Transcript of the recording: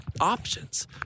options